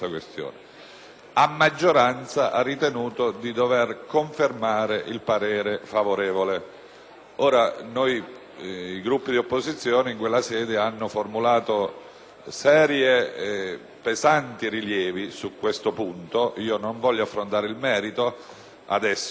a maggioranza ha ritenuto di dover confermare il parere favorevole. I Gruppi di opposizione in quella sede hanno formulato pesanti rilievi su questo punto; io adesso non voglio affrontare il merito,